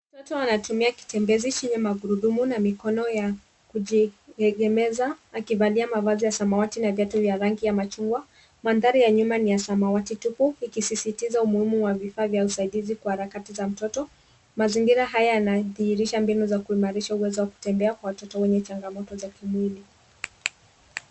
Mtoto anatumia kitembezi chenye magurudumu na mikono ya kujiegemeza, akivalia mavazi ya samawati na viatu vya rangi ya machungwa. Mandhari ya nyuma ni ya samawati tupu, ikisisitiza umuhimu wa vifaa vya usaidizi kwa harakati za mtoto. Mazingira haya yanadhihirisha mbinu za kuimarisha uwezo wa kutembea kwa watoto wenye changamoto za miguu.